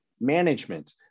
management